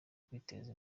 kwiteza